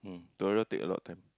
toilet take a lot of time